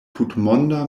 tutmonda